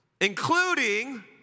including